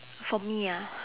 for me ah